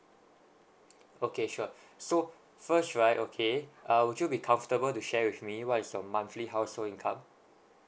okay sure so first right okay err would you be comfortable to share with me what is your monthly household income